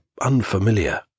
unfamiliar